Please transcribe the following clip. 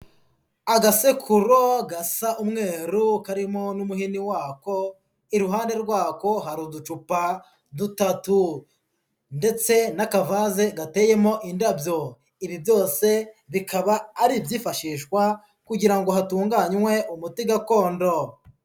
Agasekuro gasa umweru karimo n'umuhini wako, iruhande rwako hari uducupa dutatu. Ndetse n'akavaze gateyemo indabyo. Ibi byose bikaba ari ibyifashishwa kugira ngo hatunganywe umuti gakondo.